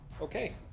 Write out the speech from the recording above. Okay